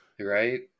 Right